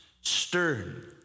stern